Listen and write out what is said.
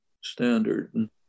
standard